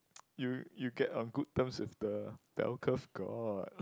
you you get on good terms with the bell curve god